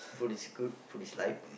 food is good food is life